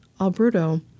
Alberto